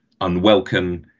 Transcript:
unwelcome